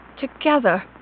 together